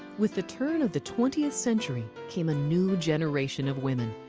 with the turn of the twentieth century came a new generation of women.